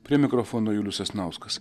prie mikrofono julius sasnauskas